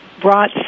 brought